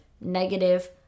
negative